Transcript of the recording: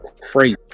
crazy